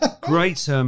great